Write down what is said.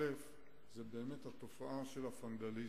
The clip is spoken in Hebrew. ההיבט הראשון, התופעה של הוונדליזם.